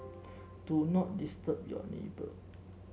do not disturb your neighbour